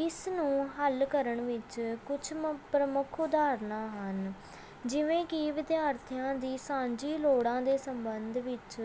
ਇਸ ਨੂੰ ਹੱਲ ਕਰਨ ਵਿੱਚ ਕੁਝ ਮ ਪ੍ਰਮੁੱਖ ਉਦਾਹਰਣਾਂ ਹਨ ਜਿਵੇਂ ਕਿ ਵਿਦਿਆਰਥੀਆਂ ਦੀ ਸਾਂਝੀ ਲੋੜਾਂ ਦੇ ਸੰਬੰਧ ਵਿੱਚ